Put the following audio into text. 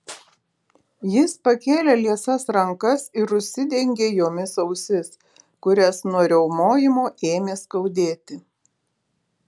jis pakėlė liesas rankas ir užsidengė jomis ausis kurias nuo riaumojimo ėmė skaudėti